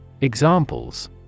Examples